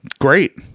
Great